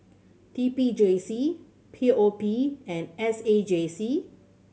T P J C P O P and S A J C